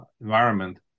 environment